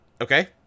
Okay